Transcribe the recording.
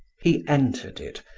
he entered it,